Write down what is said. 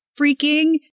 freaking